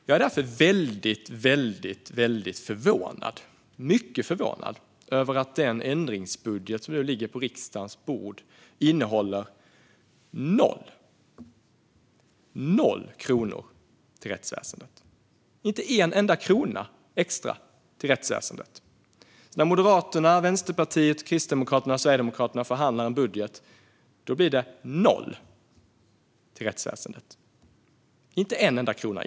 Jag är därför väldigt förvånad över att den ändringsbudget som nu ligger på riksdagens bord innehåller noll kronor till rättsväsendet. Inte en enda krona extra till rättsväsendet! När Moderaterna, Vänsterpartiet, Kristdemokraterna och Sverigedemokraterna förhandlar om en budget blir det noll kronor till rättsväsendet. Inte en enda krona.